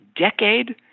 decade